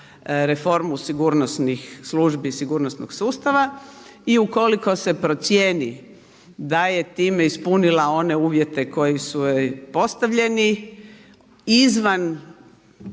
reformu sigurnosnih službi, sigurnosnog sustava. I ukoliko se procijeni da je time ispunila one uvjete koji su joj postavljeni izvan